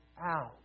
out